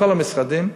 בכל המשרדים,